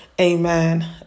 Amen